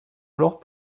alors